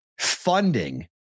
funding